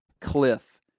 cliff